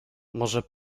może